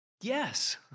Yes